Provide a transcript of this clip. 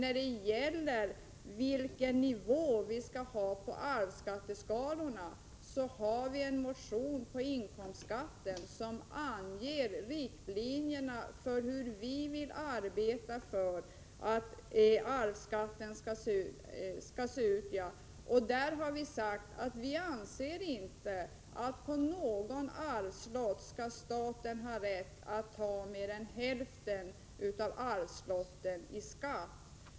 Beträffande arvsskatteskalornas nivå har vi i en motion om inkomstskatten angivit de riktlinjer som vi vill arbeta efter. Vi har där sagt att vi inte anser att staten skall ha rätt att ta mer än hälften i skatt på någon arvslott.